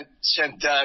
sent